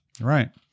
Right